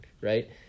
right